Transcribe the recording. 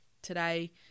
today